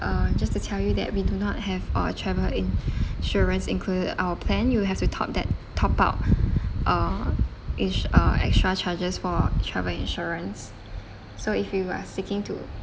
uh just to tell you that we do not have uh travel insurance included in our plan you have to top that top up uh each uh extra charges for travel insurance so if you are seeking to